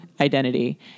identity